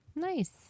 nice